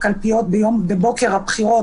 בבוקר הבחירות,